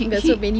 she